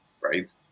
right